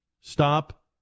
Stop